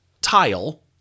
tile